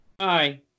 Hi